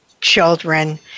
children